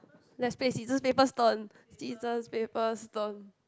let's play scissors paper stone scissors paper stone